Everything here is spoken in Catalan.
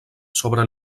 sobre